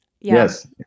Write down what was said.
Yes